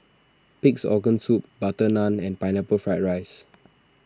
Pig's Organ Soup Butter Naan and Pineapple Fried Rice